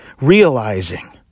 realizing